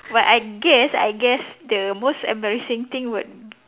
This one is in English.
but I guess I guess the most embarrassing thing would